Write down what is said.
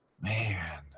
Man